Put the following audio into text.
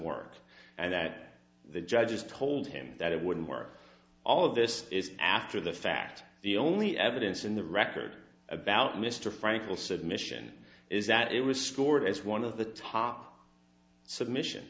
work and that the judges told him that it wouldn't work all of this is after the fact the only evidence in the record about mr frankel submission is that it was scored as one of the top submission